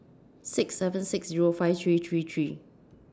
six seven six Zero five three three three